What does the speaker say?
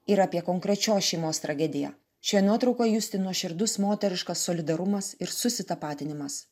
ir apie konkrečios šeimos tragediją šioje nuotraukoje justi nuoširdus moteriškas solidarumas ir susitapatinimas